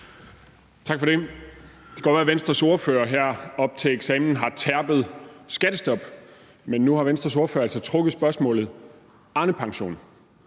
Tak for det. Det kan godt være, at Venstres ordfører her op til eksamen har terpet skattestop, men nu har Venstres ordfører altså trukket spørgsmålet Arnepension.